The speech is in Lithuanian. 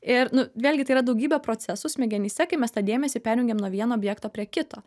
ir nu vėlgi tai yra daugybė procesų smegenyse kai mes tą dėmesį perjungiam nuo vieno objekto prie kito